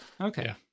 Okay